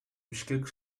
бишкек